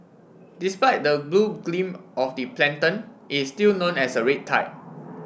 despite the blue gleam of the plankton is still known as a red tide